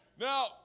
Now